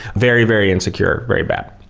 very, very insecure, very bad.